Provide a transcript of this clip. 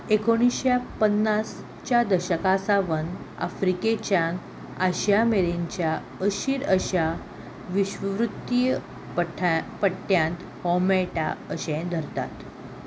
एकोणिशे पन्नासच्या दशका सावन आफ्रिकेच्यान आशिया मेरेनच्या अशीर अशा विश्ववृत्तीय पठ पठ्ठ्यांत हो मेळटा अशें धरतात